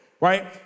right